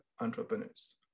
entrepreneurs